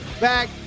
back